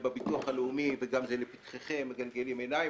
ובביטוח הלאומי גם מגלגלים עיניים,